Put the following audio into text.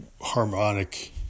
harmonic